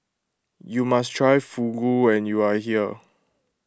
you must try Fugu when you are here